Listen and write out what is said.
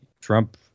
Trump